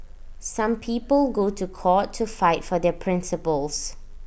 some people go to court to fight for their principles